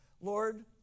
Lord